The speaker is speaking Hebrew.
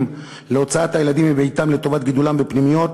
להוצאת הילדים מביתם לטובת גידולם בפנימיות,